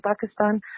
Pakistan